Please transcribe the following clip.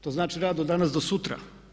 To znači rad od danas do sutra.